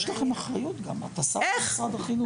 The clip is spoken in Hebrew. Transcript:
יש לכם אחריות גם אתה שר במשרד החינוך.